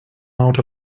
out